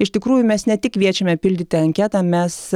iš tikrųjų mes ne tik kviečiame pildyti anketą mes